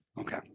Okay